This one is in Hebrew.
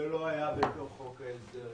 זה לא היה בתוך חוק ההסדרים.